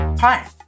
Hi